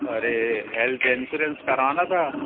अरे health insurance कराना था